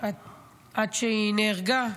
עד שהיא נהרגה,